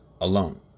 alone